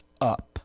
up